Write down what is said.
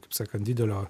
kaip sakant didelio